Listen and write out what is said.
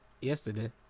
yesterday